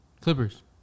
Clippers